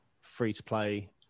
free-to-play